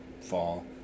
fall